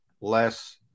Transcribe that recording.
less